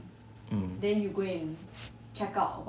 mm